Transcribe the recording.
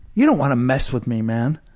you don't want to mess with me, man.